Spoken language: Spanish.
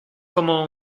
como